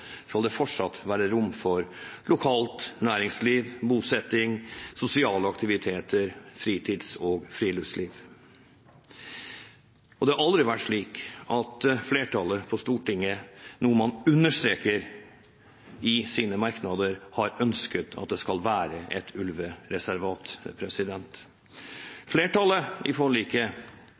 skal det fortsatt være rom for lokalt næringsliv, bosetting, sosiale aktiviteter og fritids- og friluftsliv. Og det har aldri vært slik at flertallet på Stortinget – noe man understreker i sine merknader – har ønsket at det skal være et ulvereservat. Flertallet i forliket